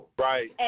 Right